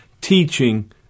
teaching